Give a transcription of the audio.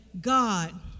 God